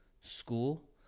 school